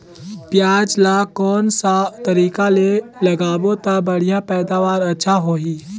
पियाज ला कोन सा तरीका ले लगाबो ता बढ़िया पैदावार अच्छा होही?